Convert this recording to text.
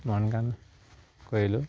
মন গান কৰিলোঁ